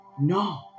No